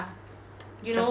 just buy first lah